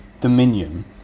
Dominion